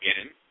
again